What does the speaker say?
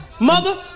Mother